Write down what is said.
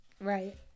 right